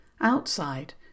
Outside